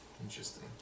Interesting